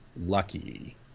lucky